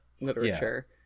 literature